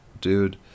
Dude